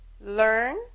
learn